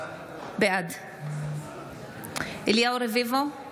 בעד אליהו רביבו,